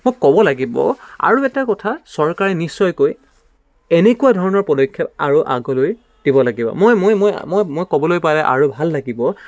মই ক'ব লাগিব আৰু এটা কথা চৰকাৰে নিশ্চয়কৈ এনেকুৱা ধৰণৰ পদক্ষেপ আৰু আগলৈ দিব লাগিব মই মই মই মই মই ক'বলৈ পালে আৰু ভাল লাগিব